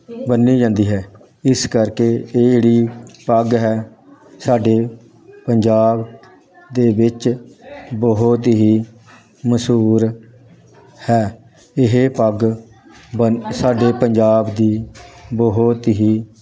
ਬੰਨ੍ਹੀ ਜਾਂਦੀ ਹੈ ਇਸ ਕਰਕੇ ਇਹ ਜਿਹੜੀ ਪੱਗ ਹੈ ਸਾਡੇ ਪੰਜਾਬ ਦੇ ਵਿੱਚ ਬਹੁਤ ਹੀ ਮਸ਼ਹੂਰ ਹੈ ਇਹ ਪੱਗ ਬੰਨ੍ਹ ਸਾਡੇ ਪੰਜਾਬ ਦੀ ਬਹੁਤ ਹੀ